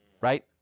right